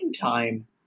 time